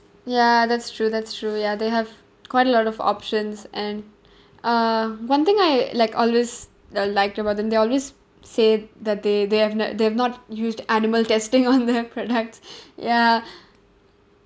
ya that's true that's true ya they have quite a lot of options and uh one thing I like always uh liked about them they always say that they they have no~ they've not used animal testing on their products ya